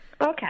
okay